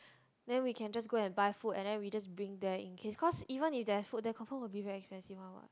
then we can just go and buy food and then we just bring there in case cause even if there's food there confirm will be damn expensive one what